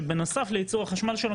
שבנוסף לייצור החשמל שלו,